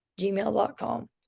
gmail.com